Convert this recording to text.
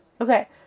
Okay